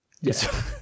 Yes